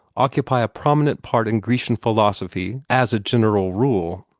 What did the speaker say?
occupy a prominent part in grecian philosophy as a general rule?